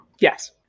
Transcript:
Yes